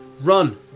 RUN